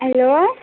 hello